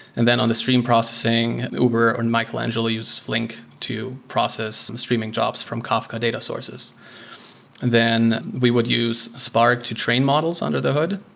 and then on the stream processing, uber, or michelangelo, uses flink to process streaming jobs from kafka data sources then we would use spark to train models under the hood,